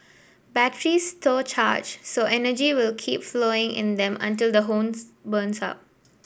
batteries store charge so energy will keep flowing in them until the whole burns up